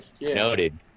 noted